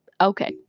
Okay